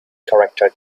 character